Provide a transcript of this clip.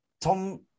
Tom